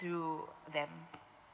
through them